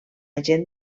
agent